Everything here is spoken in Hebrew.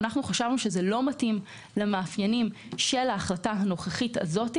חשבנו שזה לא מתאים למאפיינים של ההחלטה הנוכחית הזאת,